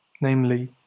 namely